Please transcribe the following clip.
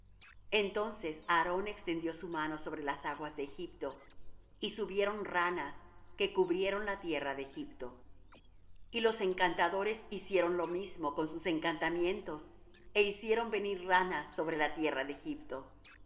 entonces aarón extendió su mano sobre las aguas de egipto y subieron ranas que cubrieron la tierra de egipto y los encantadores hicieron lo mismo con sus encantamientos é hicieron venir ranas sobre la tierra de egipto